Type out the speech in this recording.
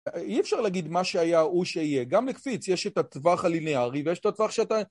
אי אפשר להגיד מה שהיה הוא שיהיה, גם לקפיץ, יש את הטווח הלינארי ויש את הטווח שאתה...